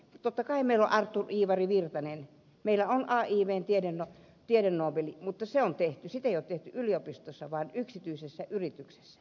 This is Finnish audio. totta kai meillä on artturi iivari virtanen ja meillä on aivstä tiedenobel mutta sitä ei ole tehty yliopistossa vaan yksityisessä yrityksessä